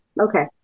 Okay